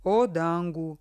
o dangų